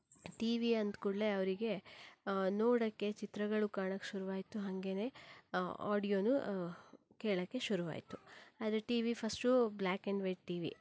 T V ಅಂದ ಕೂಡಲೇ ಅವರಿಗೆ ನೋಡೋಕ್ಕೆ ಚಿತ್ರಗಳು ಕಾಣೋಕ್ಕೆ ಶುರುವಾಯಿತು ಹಾಗೇನೇ ಆಡಿಯೋನೂ ಕೇಳೋಕ್ಕೆ ಶುರುವಾಯಿತು ಆದರೆ T V first black and white T V